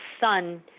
son